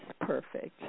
perfect